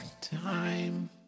time